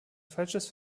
falsches